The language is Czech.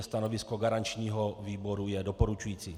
Stanovisko garančního výboru je doporučující.